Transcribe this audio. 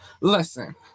Listen